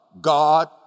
God